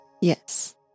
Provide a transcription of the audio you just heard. Yes